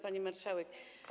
Pani Marszałek!